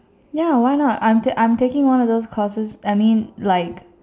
ya why not I'm I'm taking one of those classes I mean like